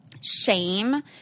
shame